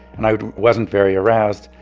and i wasn't very aroused.